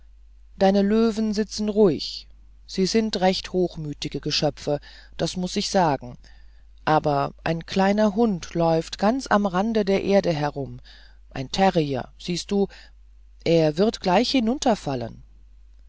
deine löwen sitzen ruhig sie sind recht hochmütige geschöpfe das muß ich sagen aber ein kleiner hund läuft ganz am rande der erde herum ein terrier siehst du er wird gleich